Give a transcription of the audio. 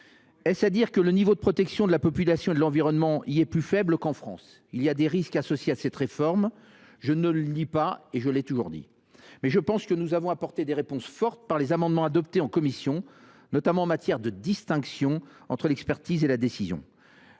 est ce à dire que le niveau de protection de la population et de l’environnement y est plus faible qu’en France ? Certes, des risques sont associés à cette réforme – je ne le nie pas, je l’ai d’ailleurs toujours dit –, mais je pense que nous y avons apporté des réponses fortes par les amendements adoptés en commission, notamment en matière de distinction entre l’expertise et la décision.